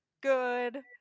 good